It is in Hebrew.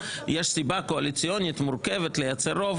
יש סיבה קואליציונית מורכבת לייצר רוב.